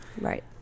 Right